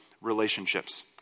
relationships